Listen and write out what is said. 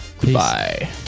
Goodbye